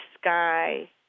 sky